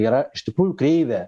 yra iš tikrųjų kreivė